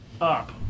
up